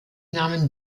nahmen